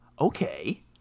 okay